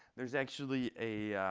there's actually a